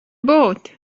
būt